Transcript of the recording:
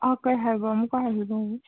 ꯑꯥ ꯀꯔꯤ ꯍꯥꯏꯕ ꯑꯃꯨꯛꯀ ꯍꯥꯏꯕꯤꯔꯛꯑꯣ